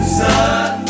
sun